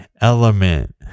element